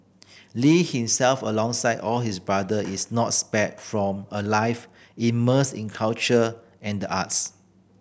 Lee himself alongside all his brother is not spared from a life immersed in culture and the arts